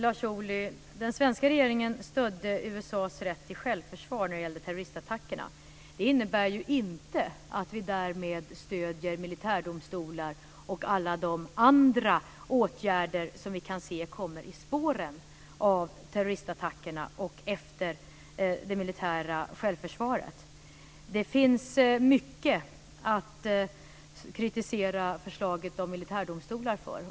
Fru talman! Den svenska regeringen stödde USA:s rätt till självförsvar när det gällde terroristattackerna. Det innebär inte att vi därmed stöder militärdomstolar och alla de andra åtgärder som vi kan se kommer i spåren av terroristattackerna och efter det militära självförsvaret. Det finns mycket att kritisera förslaget om militärdomstolar för.